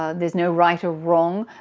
ah there's no right or wrong.